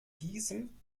diesem